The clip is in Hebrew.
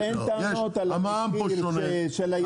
המע"מ פה שונה,